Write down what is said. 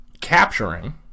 capturing